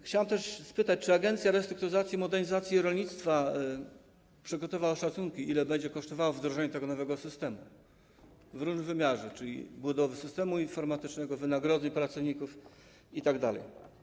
Chciałem też spytać, czy Agencja Restrukturyzacji i Modernizacji Rolnictwa przygotowała szacunki, ile będzie kosztowało wdrożenie tego nowego systemu w różnym wymiarze, czyli budowy systemu informatycznego, wynagrodzeń pracowników itd.